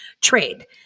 trade